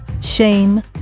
shame